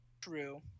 True